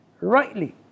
rightly